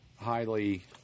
highly